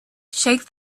shake